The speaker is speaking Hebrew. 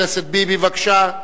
חבר הכנסת ביבי, בבקשה.